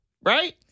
Right